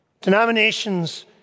Denominations